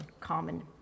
common